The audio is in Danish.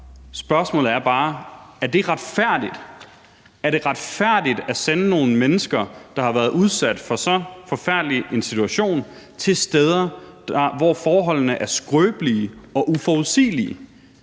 retfærdigt? Er det retfærdigt at sende nogle mennesker, der har været i så forfærdelig en situation, til steder, hvor forholdene er skrøbelige og uforudsigelige?